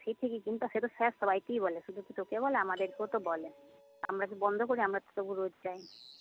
সে ঠিকই কিন্তু সে তো স্যার সবাইকেই বলে শুধু কি তোকে বলে আমাদেরকেও তো বলে আমরা কি বন্ধ করি আমরা তো তবু রোজ যাই